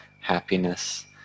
happiness